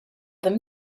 them